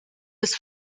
des